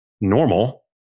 normal